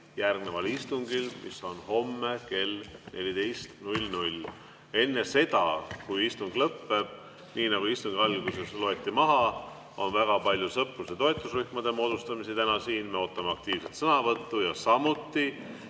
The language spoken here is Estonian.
järgneval istungil, mis algab homme kell 14. Enne seda, kui istung lõpeb, ütlen, et istungi alguses loeti ette, et on väga palju sõprus‑ ja toetusrühmade moodustamisi täna siin. Me ootame aktiivset osavõttu. Samuti,